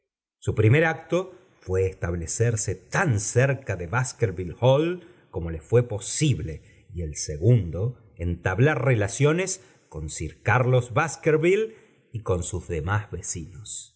su primor acto fué establecerse tan cerca de baskervillfi hall como le fué posible y el segundo entablar relaciones con sir carlos baskerville y con sus demás vecinos